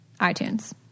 iTunes